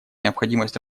необходимость